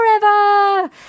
Forever